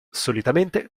solitamente